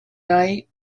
night